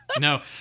No